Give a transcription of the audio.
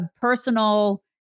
personal